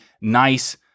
nice